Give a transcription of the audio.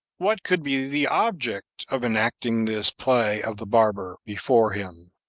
what could be the object of enacting this play of the barber before him?